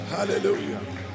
Hallelujah